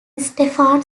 stephan